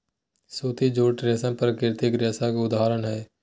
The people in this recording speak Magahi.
सूती, जूट, रेशम प्राकृतिक रेशा के उदाहरण हय